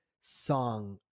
song